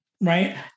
Right